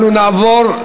אנחנו נעבור,